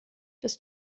des